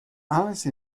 alice